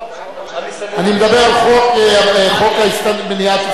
סליחה, אני מדבר על חוק למניעת הסתננות.